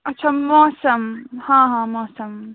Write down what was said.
اَچھا موسَم ہاں ہاں موسَم